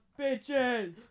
bitches